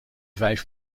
vijf